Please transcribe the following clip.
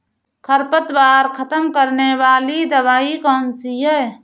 खरपतवार खत्म करने वाली दवाई कौन सी है?